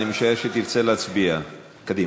אני משער שתרצה להצביע, קדימה.